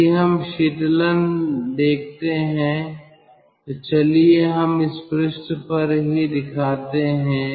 यदि हम शीतलन प्रक्रिया देखते हैं तो चलिए हम इसे इस पृष्ठ पर ही दिखाते हैं